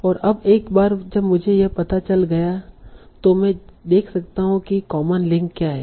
और अब एक बार जब मुझे यह पता चल गया है तो मैं देख सकता हूं कि कॉमन लिंक क्या हैं